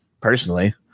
personally